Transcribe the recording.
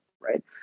right